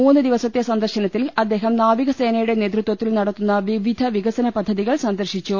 മൂന്ന് ദിവസത്തെ സന്ദർശനത്തിൽ അദ്ദേഹം നാവിക സേനയുടെ നേതൃത്വത്തിൽ നടത്തുന്ന വിവിധ വികസന പദ്ധതികൾ സന്ദർശിച്ചു